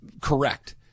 correct